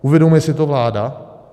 Uvědomuje si to vláda?